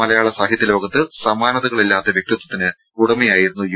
മലയാള സാഹിത്യ ലോകത്ത് സമാനതകളില്ലാത്ത വ്യക്തിത്വത്തിന് ഉടമയായിരുന്നു യു